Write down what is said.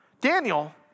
Daniel